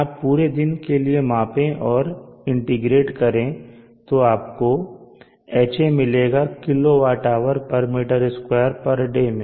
आप पूरे दिन के लिए मापें और इंटीग्रेट करें तो आपको Ha मिलेगा kWhm2 day में